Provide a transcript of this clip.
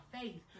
faith